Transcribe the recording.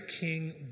king